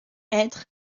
être